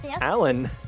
Alan